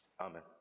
Amen